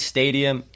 Stadium